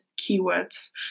keywords